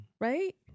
right